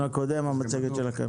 מצגת.